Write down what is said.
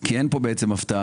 כי אין פה בעצם הפתעה,